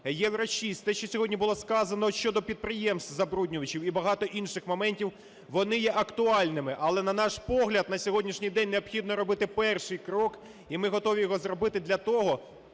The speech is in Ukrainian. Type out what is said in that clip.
"Євро-6", те, що сьогодні було сказано щодо підприємств-забруднювачів і багато інших моментів, вони є актуальними, але, на наш погляд, на сьогоднішній день необхідно робити перший крок, і ми готові його зробити для того,